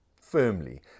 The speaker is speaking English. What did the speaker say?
firmly